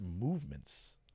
movements